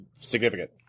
significant